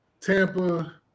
Tampa